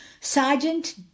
sergeant